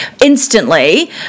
instantly